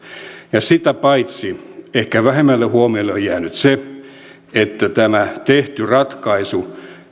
sitä paitsi ehkä vähemmälle huomiolle on jäänyt se että tämä tehty ratkaisu